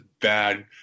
bad